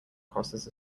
crosses